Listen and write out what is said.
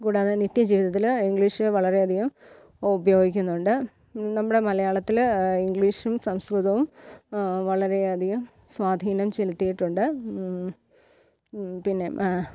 കൂടാതെ നിത്യജീവിതത്തിൽ ഇംഗ്ലീഷ് വളരെയധികം ഉപയോഗിക്കുന്നുണ്ട് നമ്മുടെ മലയാളത്തിൽ ഇംഗ്ലീഷും സംസ്കൃതവും വളരെയധികം സ്വാധീനം ചെലുത്തിയിട്ടുണ്ട് പിന്നെ